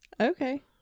Okay